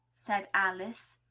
said alice.